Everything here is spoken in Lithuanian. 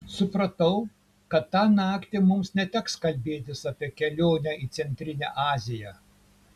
supratau kad tą naktį mums neteks kalbėtis apie kelionę į centrinę aziją